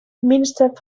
minister